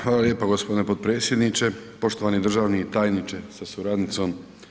Hvala lijepo g. potpredsjedniče, poštovani državni tajniče sa suradnicom.